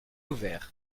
ouvert